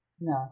No